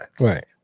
Right